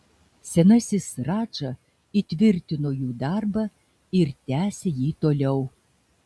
senasis radža įtvirtino jų darbą ir tęsė jį toliau